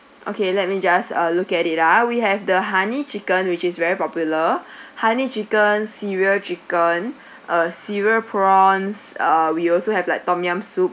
okay let me just ah look at it ah we have the honey chicken which is very popular honey chicken cereal chicken uh cereal prawns err we also have like tom-yum soup